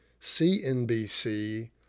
CNBC